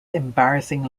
embarrassing